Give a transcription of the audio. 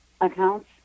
accounts